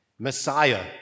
Messiah